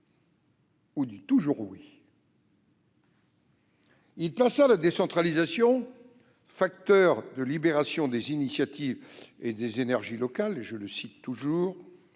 ou du toujours oui. » Il plaça la décentralisation, « facteur de libération des initiatives et des énergies locales », au coeur